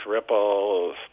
Ripples